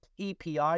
EPI